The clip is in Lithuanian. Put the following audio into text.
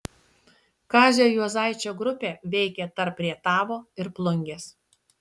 kazio juozaičio grupė veikė tarp rietavo ir plungės